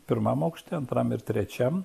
pirmam aukšte antram ir trečiam